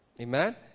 Amen